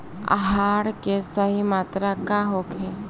आहार के सही मात्रा का होखे?